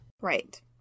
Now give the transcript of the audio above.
Right